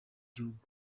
gihugu